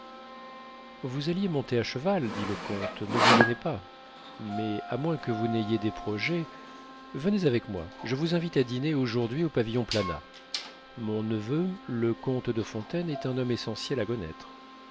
vous alliez monter à cheval dit le comte ne vous gênez pas mais à moins que vous n'ayez des projets venez avec moi je vous invite à dîner aujourd'hui au pavillon planat mon neveu le comte de fontaine est un homme essentiel à connaître